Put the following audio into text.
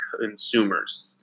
consumers